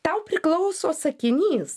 tau priklauso sakinys